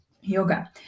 yoga